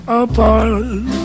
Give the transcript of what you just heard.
apart